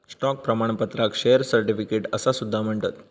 stock प्रमाणपत्राक share certificate असा सुद्धा म्हणतत